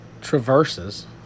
traverses